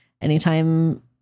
anytime